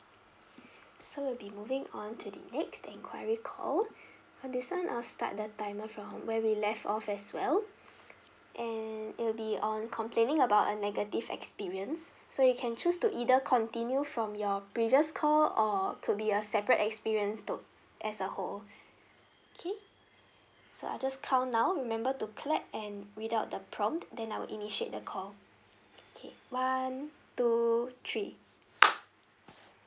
so we'll be moving on to the next enquiry call uh this [one] I'll start the timer from where we left off as well and it will be on complaining about a negative experience so you can choose to either continue from your previous call or could be a separate experience though as a whole okay so I'll just count now remember to clap and without the prompt then I would initiate the call okay one two three